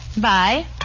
Bye